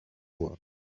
bois